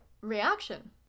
reaction